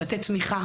לעזור ולתת תמיכה.